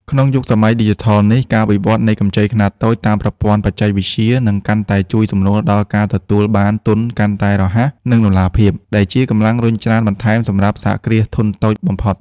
ក្នុងយុគសម័យឌីជីថលនេះ ការវិវត្តនៃកម្ចីខ្នាតតូចតាមប្រព័ន្ធបច្ចេកវិទ្យា នឹងកាន់តែជួយសម្រួលដល់ការទទួលបានទុនកាន់តែរហ័ស និងតម្លាភាព ដែលជាកម្លាំងរុញច្រានបន្ថែមសម្រាប់សហគ្រាសធុនតូចបំផុត។